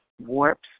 warps